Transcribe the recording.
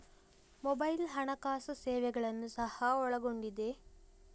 mobile ಹಣಕಾಸು ಸೇವೆಗಳನ್ನು ಸಹ ಒಳಗೊಂಡಿದೆ